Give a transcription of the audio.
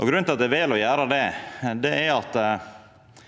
Grunnen til at eg vel å gjera det, er at